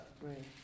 Right